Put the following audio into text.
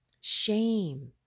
shame